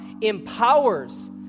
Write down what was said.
empowers